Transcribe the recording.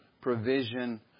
provision